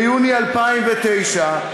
ביוני 2009,